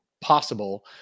possible